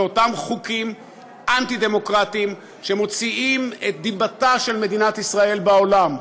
זה אותם חוקים אנטי-דמוקרטיים שמוציאים את דיבתה של מדינת ישראל בעולם.